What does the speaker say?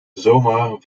zomaar